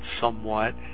somewhat